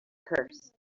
curse